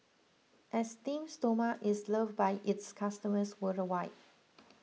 Esteem Stoma is loved by its customers worldwide